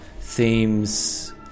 themes